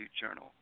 journal